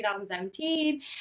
2017